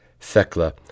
Thecla